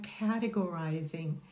categorizing